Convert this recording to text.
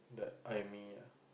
that ah